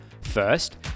First